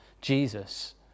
Jesus